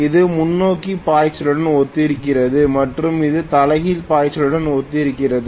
இது முன்னோக்கி பாய்ச்சலுடன் ஒத்திருக்கிறது மற்றும் இது தலைகீழ் பாய்ச்சலுடன் ஒத்திருக்கிறது